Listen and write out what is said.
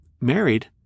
married